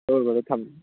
ꯍꯣꯏ ꯕ꯭ꯔꯗꯔ ꯊꯝꯃꯦ